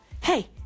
Hey